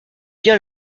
bien